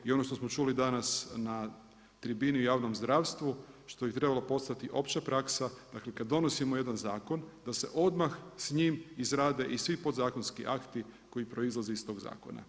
I ono što smo čuli danas na tribini o javnom zdravstvu što bi trebalo postati opća praksa dakle kada donosimo jedan zakon da se odmah s njim izrade i svi podzakonski akti koji proizlaze iz toga zakona.